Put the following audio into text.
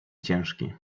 ciężki